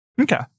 Okay